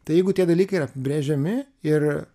tai jeigu tie dalykai yra apibrėžiami ir